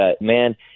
man